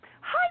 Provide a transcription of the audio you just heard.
Hi